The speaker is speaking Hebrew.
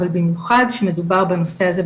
אבל במיוחד כשמדובר בנושא הזה,